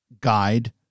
guide